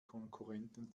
konkurrenten